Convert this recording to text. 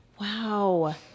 Wow